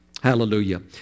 Hallelujah